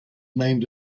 named